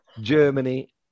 Germany